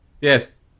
Yes